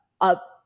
up